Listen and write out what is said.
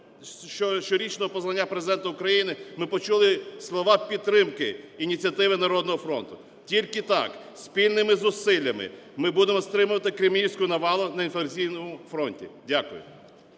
щорічного послання Президента ми почули слова підтримки ініціативи "Народного фронту". Тільки так, спільними зусиллями ми будемо стримувати кремлівську навалу на інформаційному фронті. Дякую.